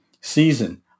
season